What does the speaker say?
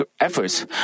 efforts